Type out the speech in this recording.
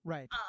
Right